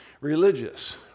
Religious